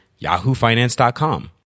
yahoofinance.com